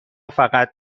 فقط